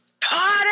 potter